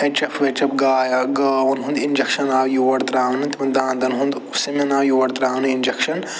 H F وٮ۪چ اٮ۪ف گاے یا گٲون ہُنٛد اِنٛجکشَن آو یور ترٛاونہٕ تِمن دانٛدَن ہُنٛد سِمَن آو یور ترٛاونہٕ اِنٛجکشَن